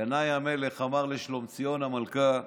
ינאי המלך אמר לשלומציון המלכה: